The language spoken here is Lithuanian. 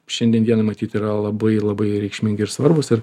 šiandien dienai matyt yra labai labai reikšmingi ir svarbūs ir